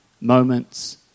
moments